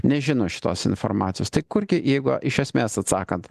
nežino šitos informacijos tai kurgi jeigu iš esmės atsakant